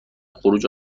خروج